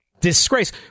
Disgrace